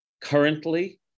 currently